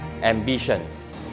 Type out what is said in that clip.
ambitions